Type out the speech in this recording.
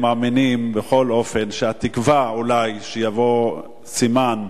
בכל אופן הם מאמינים שהתקווה, שאולי יבוא סימן